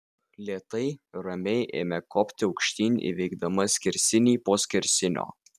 lėtai ramiai ėmė kopti aukštyn įveikdama skersinį po skersinio